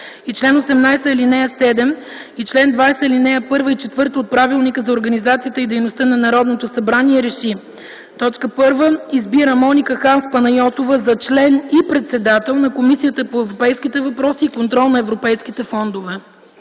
и чл. 18, ал. 7, и чл. 20, ал. 1 и ал. 4 от Правилника за организацията и дейността на Народното събрание реши: 1. Избира Моника Ханс Панайотова за член и председател на Комисията по европейските въпроси и контрол на европейските фондове.”